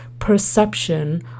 perception